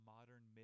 Modern